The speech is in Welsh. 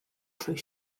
trwy